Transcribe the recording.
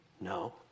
No